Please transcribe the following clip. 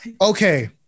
Okay